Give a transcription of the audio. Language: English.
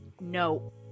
no